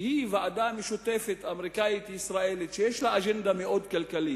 שהיא ועדה משותפת אמריקנית-ישראלית שיש לה אג'נדה מאוד כלכלית,